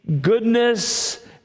goodness